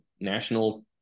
national